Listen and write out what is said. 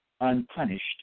unpunished